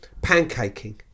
pancaking